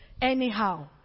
anyhow